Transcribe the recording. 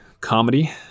comedy